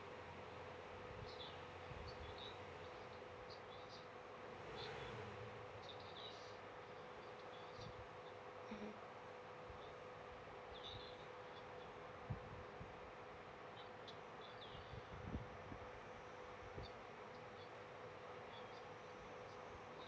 mmhmm